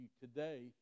today